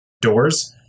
doors